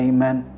Amen